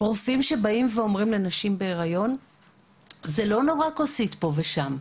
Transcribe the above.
רופאים שבאים ואומרים לנשים בהיריון שזה לא נורא כוסית פה ושם,